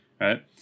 Right